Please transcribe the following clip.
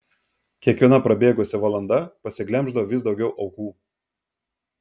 kiekviena prabėgusi valanda pasiglemždavo vis daugiau aukų